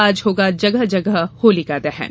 आज होगा जगह जगह होलिका दहन